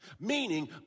Meaning